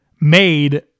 made